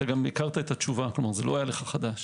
גם הכרת את התשובה - זה לא היה לך חדש.